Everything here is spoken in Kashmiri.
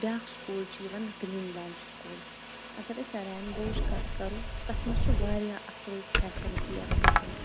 بیٛاکھ سکوٗل چھُ یِوان گریٖن لینڈ سکوٗل اگر أسۍ رین بووٕچ کتھ کرو تَتھ منٛز چھ واریاہ اصل فیسلٹی اویلیبل